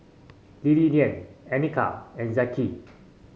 Liliana Anika and Zeke